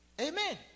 amen